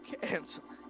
canceling